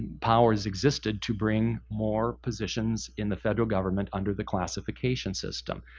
powers existed to bring more positions in the federal government under the classification system.